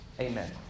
Amen